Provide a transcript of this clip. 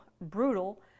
brutal